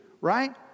right